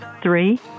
Three